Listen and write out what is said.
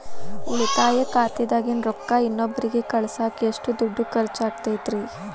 ಉಳಿತಾಯ ಖಾತೆದಾಗಿನ ರೊಕ್ಕ ಇನ್ನೊಬ್ಬರಿಗ ಕಳಸಾಕ್ ಎಷ್ಟ ದುಡ್ಡು ಖರ್ಚ ಆಗ್ತೈತ್ರಿ?